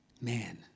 Man